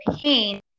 pain